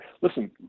Listen